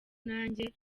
nanjye